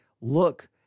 look